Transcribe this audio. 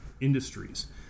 industries